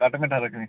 घट्ट मिट्ठा रक्खनी